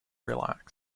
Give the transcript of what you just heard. relax